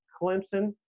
Clemson